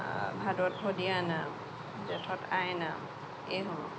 ভাদত ভদীয়া নাম জেঠত আই নাম এইবোৰ